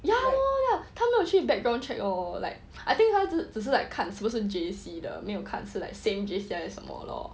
ya lor 他没有去 background check oh like I think 他只只是 like 看是不是 J_C 的没有看是 like same J_C 还是什么 lor